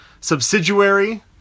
subsidiary